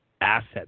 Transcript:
asset